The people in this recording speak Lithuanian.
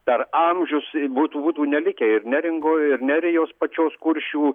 per amžius būtų būtų nelikę ir neringoj ir nerijos pačios kuršių